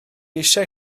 eisiau